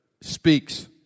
speaks